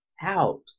out